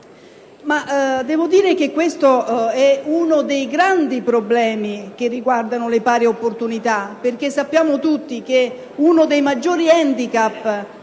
del figlio. Questo è uno dei grandi problemi che riguardano le pari opportunità, perché sappiamo tutti che tra i maggiori handicap